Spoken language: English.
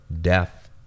death